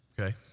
okay